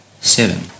Seven